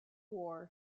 war